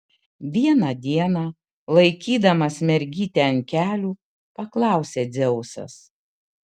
vieną dieną laikydamas mergytę ant kelių paklausė dzeusas